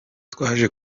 twaje